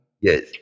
Yes